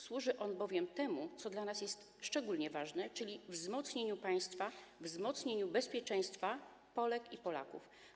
Służy on bowiem temu, co dla nas jest szczególnie ważne, czyli wzmocnieniu państwa, wzmocnieniu bezpieczeństwa Polek i Polaków.